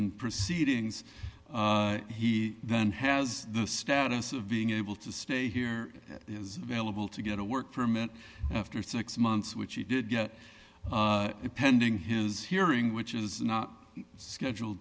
in proceedings he then has the status of being able to stay here is available to get a work permit after six months which he did get it pending his hearing which is not scheduled